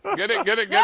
ah get it. get it. yeah